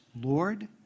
Lord